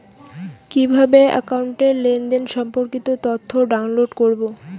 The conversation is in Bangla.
কিভাবে একাউন্টের লেনদেন সম্পর্কিত তথ্য ডাউনলোড করবো?